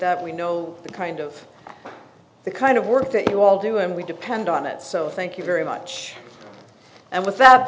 that we know the kind of the kind of work that you all do and we depend on it so thank you very much and with that